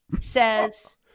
says